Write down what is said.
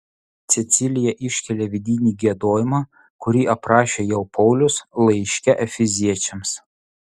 cecilija iškelia vidinį giedojimą kurį aprašė jau paulius laiške efeziečiams